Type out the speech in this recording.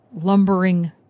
Lumbering